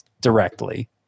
directly